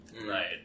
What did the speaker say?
right